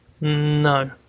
No